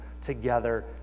together